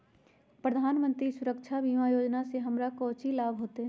प्रधानमंत्री सुरक्षा बीमा योजना से हमरा कौचि लाभ होतय?